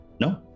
No